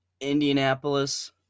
Indianapolis